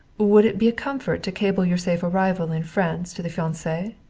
would it be a comfort to cable your safe arrival in france to the fiance?